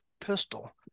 pistol